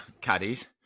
caddies